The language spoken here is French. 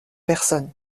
personne